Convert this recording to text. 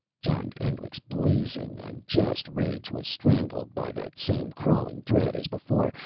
john endlich's blazing and just rage was strangled by that same crawling dread as before,